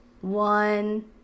one